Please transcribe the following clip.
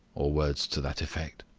or words to that effect.